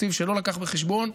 תקציב שלא הביא בחשבון,